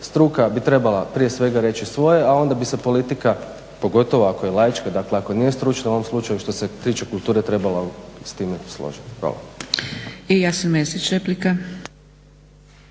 Struka bi prije svega trebala reći svoje a onda bi se politika pogotovo ako je laička ako nije stručna u ovom slučaju što se tiče kulture trebala s time složiti. Hvala.